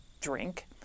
drink